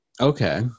Okay